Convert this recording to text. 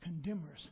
condemners